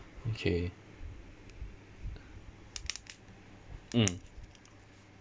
okay mm